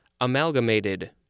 amalgamated